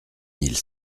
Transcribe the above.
mille